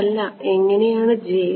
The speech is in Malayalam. അല്ല എങ്ങനെയാണ് j